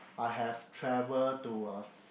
I have travel to a f~